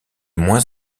moins